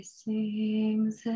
sings